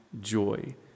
joy